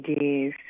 Yes